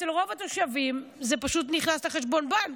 אצל רוב התושבים זה פשוט נכנס לחשבון הבנק.